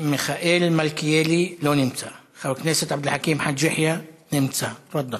מיכאל מלכיאלי, לא נמצא.